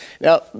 Now